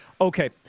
Okay